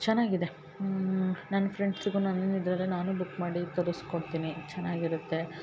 ಚೆನ್ನಾಗಿದೆ ನನ್ನ ಫ್ರೆಂಡ್ಸಿಗೂ ನನ್ನ ಇದರಲ್ಲೇ ನಾನು ಬುಕ್ ಮಾಡಿ ತರಿಸ್ಕೊಡ್ತೀನಿ ಚೆನ್ನಾಗಿರತ್ತೆ